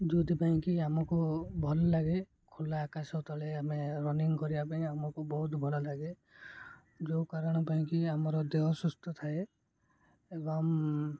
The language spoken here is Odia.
ଯେଉଁଥିପାଇଁ କିି ଆମକୁ ଭଲ ଲାଗେ ଖୋଲା ଆକାଶ ତଳେ ଆମେ ରନିଙ୍ଗ କରିବା ପାଇଁ ଆମକୁ ବହୁତ ଭଲ ଲାଗେ ଯେଉଁ କାରଣ ପାଇଁକି ଆମର ଦେହ ସୁସ୍ଥ ଥାଏ ଏବଂ